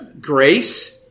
grace